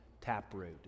taproot